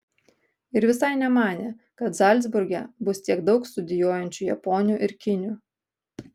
ir visai nemanė kad zalcburge bus tiek daug studijuojančių japonių ir kinių